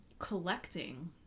Collecting